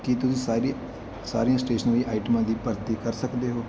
ਕੀ ਤੁਸੀਂ ਸਾਰੀ ਸਾਰੀਆਂ ਸਟੇਸ਼ਨਰੀ ਆਈਟਮਾਂ ਦੀ ਭਰਤੀ ਕਰ ਸਕਦੇ ਹੋ